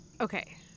okay